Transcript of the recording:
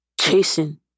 chasing